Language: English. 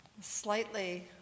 slightly